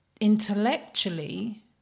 intellectually